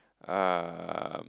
um